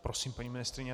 Prosím, paní ministryně.